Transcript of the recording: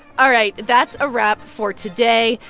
all right, that's a wrap for today.